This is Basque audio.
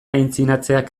aitzinatzeak